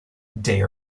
day